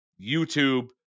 YouTube